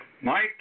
Mike